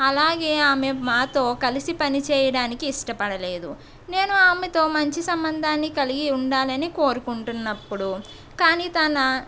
అలాగే ఆమె మాతో కలిసి పని చేయడానికి ఇష్టపడలేదు నేను ఆమెతో మంచి సంబంధాన్ని కలిగి ఉండాలని కోరుకుంటున్నప్పుడు కానీ తన